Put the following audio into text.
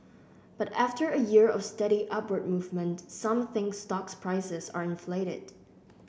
but after a year of steady upward movement some think stocks prices are inflated